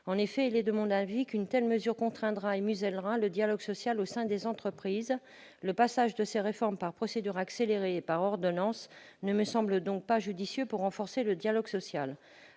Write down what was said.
En effet, il est de mon avis qu'une telle mesure contraindra et musellera le dialogue social au sein des entreprises. L'adoption de ces réformes en procédure accélérée et par ordonnances ne me semble pas judicieuse si l'on souhaite réellement renforcer le dialogue social.